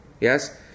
Yes